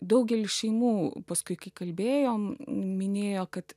daugely šeimų paskui kai kalbėjom minėjo kad